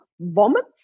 vomits